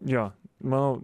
jo manau